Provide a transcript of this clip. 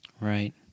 Right